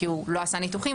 כי הוא לא עשה ניתוחים,